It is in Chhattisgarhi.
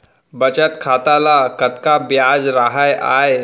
बचत खाता ल कतका ब्याज राहय आय?